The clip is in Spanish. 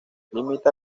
limita